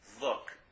look